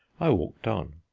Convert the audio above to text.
i walked on.